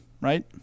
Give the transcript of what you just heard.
right